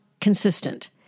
consistent